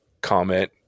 comment